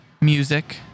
music